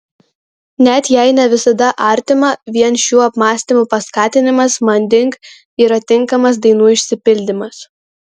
net jei ne visada artima vien šių apmąstymų paskatinimas manding yra tinkamas dainų išsipildymas